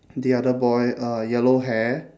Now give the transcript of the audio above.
the other boy uh yellow hair